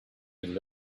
could